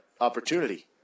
opportunity